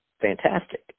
fantastic